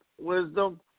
wisdom